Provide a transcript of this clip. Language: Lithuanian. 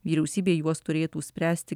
vyriausybė juos turėtų spręsti